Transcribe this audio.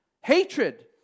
hatred